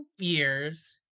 years